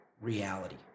reality